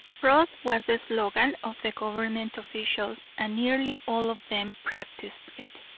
fraud was the slogan of the government officials and nearly all of them practiced it,